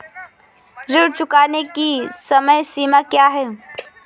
ऋण चुकाने की समय सीमा क्या है?